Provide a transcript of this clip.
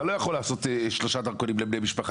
אתה לא יכול לעשות שלושה דרכונים יחד,